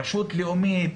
רשות לאומית,